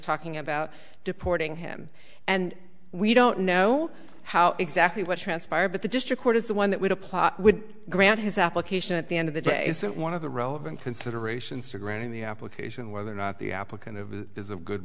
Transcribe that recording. talking about deporting him and we don't know how exactly what transpired but the district court is the one that would apply would grant his application at the end of the day it's one of the roving considerations for granting the application whether or not the applicant is a good